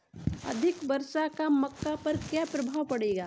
अधिक वर्षा का मक्का पर क्या प्रभाव पड़ेगा?